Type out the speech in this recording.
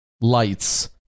lights